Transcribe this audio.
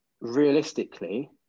realistically